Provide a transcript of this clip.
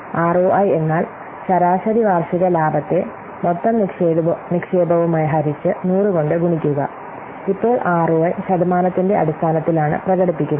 ROI ശരാശരി വാർഷിക ലാഭം x 100 മൊത്തം നിക്ഷേപം ഇപ്പോൾ ആർഓഐ ശതമാനത്തിന്റെ അടിസ്ഥാനത്തിലാണ് പ്രകടിപ്പിക്കുന്നത്